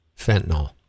Fentanyl